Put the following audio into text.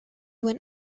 went